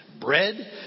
bread